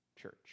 church